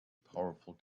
powerful